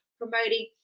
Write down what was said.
promoting